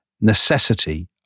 necessity